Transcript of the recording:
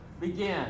begin